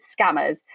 scammers